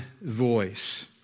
voice